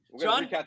John